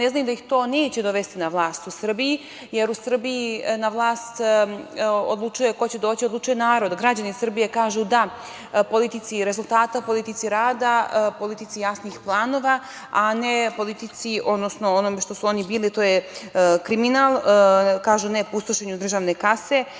ne znaju da ih to neće dovesti na vlast u Srbiji, jer u Srbiji narod odlučuje ko će doći na vlast, građani Srbije kažu da politici rezultata, politici rada, politici jasnih planova, a ne politici, odnosno onome što su oni bili, što je kriminal, kažu ne pustošenju državne kase